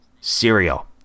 Cereal